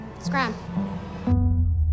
Scram